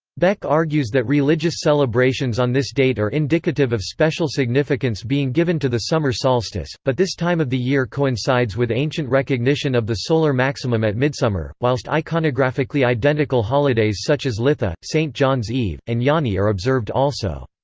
beck argues that religious celebrations on this date are indicative of special significance being given to the summer solstice solstice but this time of the year coincides with ancient recognition of the solar maximum at midsummer, whilst iconographically identical holidays such as litha, st john's eve, and jani are observed also.